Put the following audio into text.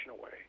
away